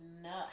no